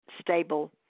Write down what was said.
stable